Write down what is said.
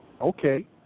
Okay